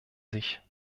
sich